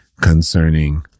concerning